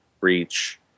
Reach